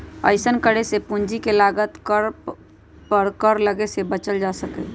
अइसन्न करे से पूंजी के लागत पर कर लग्गे से बच्चल जा सकइय